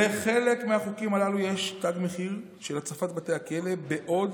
לחלק מהחוקים הללו יש תג מחיר של הצפת בתי הכלא בעוד